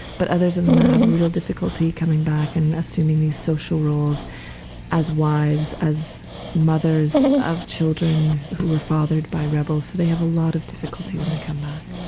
but others um ah have real difficulty coming back and assuming these social roles as wives, as mothers of children who were fathered by rebels. they have a lot of difficulty when they come back.